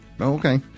Okay